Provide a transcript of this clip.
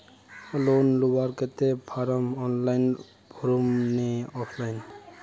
Loan लुबार केते फारम ऑनलाइन भरुम ने ऑफलाइन?